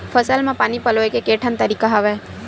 फसल म पानी पलोय के केठन तरीका हवय?